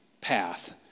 path